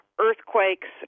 earthquakes